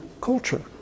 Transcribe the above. culture